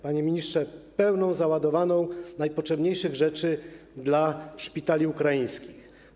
Panie ministrze, pełną, załadowaną najpotrzebniejszymi rzeczami dla szpitali ukraińskich.